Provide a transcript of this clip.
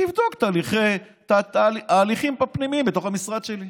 שתבדוק את ההליכים הפנימיים בתוך המשרד שלי.